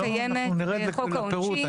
אנחנו נרד לפירוט,